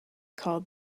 called